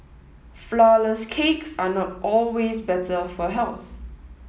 flour less cakes are not always better for health